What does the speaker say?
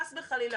חס וחלילה,